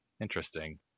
interesting